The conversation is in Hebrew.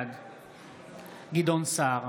בעד גדעון סער,